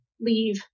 leave